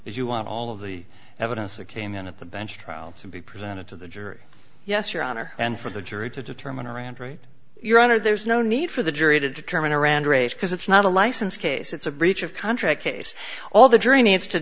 is you want all of the evidence that came in at the bench trial to be presented to the jury yes your honor and for the jury to determine iran's right your honor there's no need for the jury to determine around race because it's not a license case it's a breach of contract case all the jury needs to